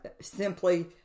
simply